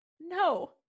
No